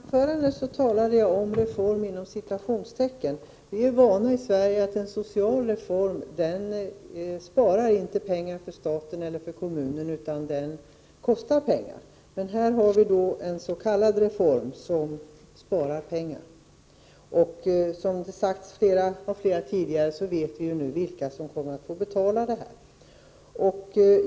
Herr talman! I mitt inledningsanförande talade jag om ”reformer” inom citationstecken. Vi är i Sverige vana vid att en social reform inte sparar pengar för staten eller kommunen, utan att den kostar pengar. Men här har vi en s.k. reform som sparar pengar. Och som sagts av flera tidigare talare vet vi nu vilka som kommer att få betala detta.